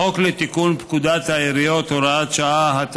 החוק לתיקון פקודת העיריות (הוראת שעה),